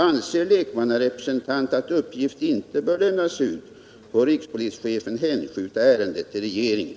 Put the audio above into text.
Anser lekmannarepresentant att uppgift inte bör lämnas ut, får rikspolischefen hänskjuta ärendet till regeringen.